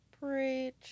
Preach